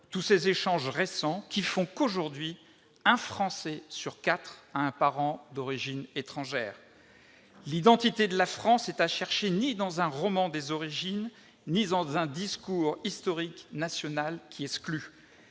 tous les échanges récents qui font que, aujourd'hui, un Français sur quatre a un parent d'origine étrangère. L'identité de la France n'est à chercher ni dans un roman des origines ni dans un discours historique national qui exclut,